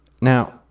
now